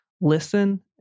listen